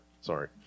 Sorry